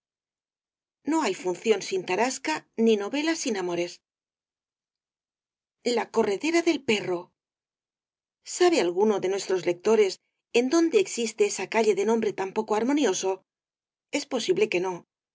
no hay función siu tarasca ni novela sin amores la corredera del perro sabe alguno de nuestros lectores en dónde existe esa calle de nombre tan poco armonioso es posible que no